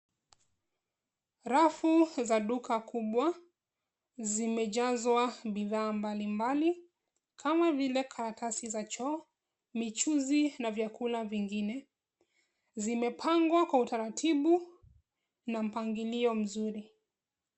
Rafu za duka kubwa zimejazwa bidhaa mbali mbali kama vile: karatasi za choo, michuzi na vyakula vingine. Zimepangwa kwa utaratibu na mpangilio mzuri.